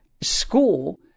school